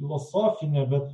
filosofinė bet